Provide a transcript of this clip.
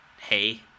Hey